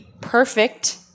perfect